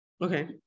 Okay